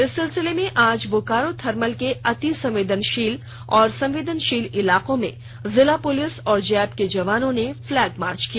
इस सिलसिले में आज बोकारो थर्मल के अति संवेदनशील और संवेदनशील इलाकों में जिला पुलिस और जैप के जवानों ने फ्लैग मार्च किया